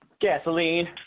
gasoline